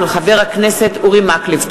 הצעה לסדר-היום של חבר הכנסת אורי מקלב.